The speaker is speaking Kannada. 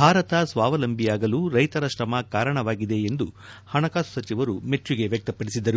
ಭಾರತ ಸ್ವಾವಲಂಬಿಯಾಗಲು ರೈತರ ಶ್ರಮ ಕಾರಣವಾಗಿದೆ ಎಂದು ಹಣಕಾಸು ಸಚಿವರು ಮೆಚ್ಚುಗೆ ವ್ಯಕ್ತಪದಿಸಿದರು